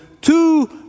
two